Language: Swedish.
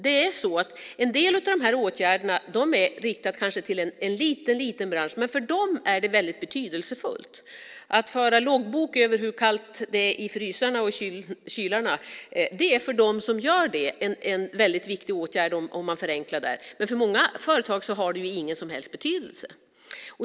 En del av de här åtgärderna är kanske riktade till en liten bransch. Men för dem är det väldigt betydelsefullt. En förenkling för dem som för loggbok över hur kallt det är i frysarna och kylarna kan vara en mycket viktig åtgärd, men för många företag har den ingen som helst betydelse.